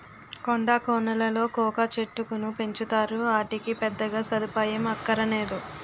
కొండా కోనలలో కోకా చెట్టుకును పెంచుతారు, ఆటికి పెద్దగా సదుపాయం అక్కరనేదు